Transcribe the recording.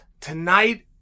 Tonight